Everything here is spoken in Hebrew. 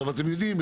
אתם יודעים,